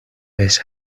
بهش